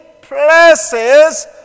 places